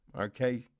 Okay